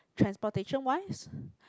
transportation wise